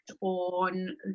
on